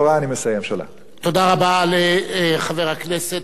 תודה רבה לחבר הכנסת אייכלר,